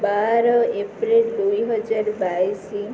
ବାର ଏପ୍ରିଲ୍ ଦୁଇହଜାର ବାଇଶି